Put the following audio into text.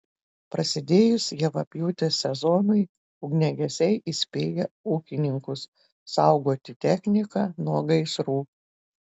prasidėjus javapjūtės sezonui ugniagesiai įspėja ūkininkus saugoti techniką nuo gaisrų